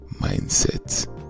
mindset